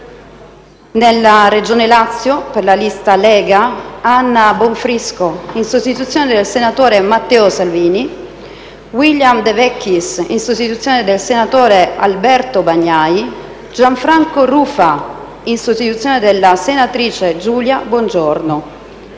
nella Regione Lazio: per la lista «Lega», Anna Bonfrisco, in sostituzione del senatore Matteo Salvini; William De Vecchis, in sostituzione del senatore Alberto Bagnai; Gianfranco Rufa, in sostituzione della senatrice Giulia Bongiorno;